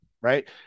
right